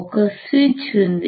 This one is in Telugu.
ఒక స్విచ్ ఉంది